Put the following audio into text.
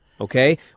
okay